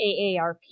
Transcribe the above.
AARP